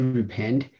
repent